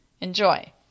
Enjoy